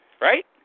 right